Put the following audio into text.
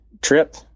trip